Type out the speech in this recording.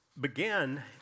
began